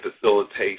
facilitation